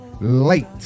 late